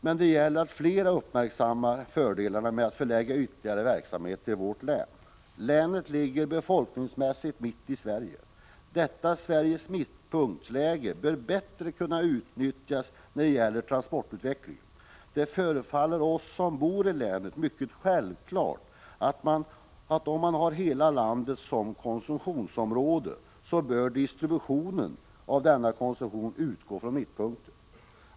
Men det gäller att fler uppmärksammar fördelarna med att förlägga ytterligare verksamheter till vårt län. Länet ligger befolkningsmässigt mitt i Sverige. Detta Sveriges mittpunktsläge bör bättre kunna utnyttjas när det gäller transportutvecklingen. Det förefaller oss som bor i länet som självklart att om man har hela landet som konsumtionsområde, så bör distributionen av denna konsumtion utgå från mittpunkten.